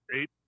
eight